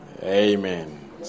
Amen